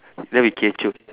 then we kecho